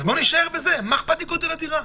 אז בואו נישאר בזה, מה אכפת לי מגודל הדירה?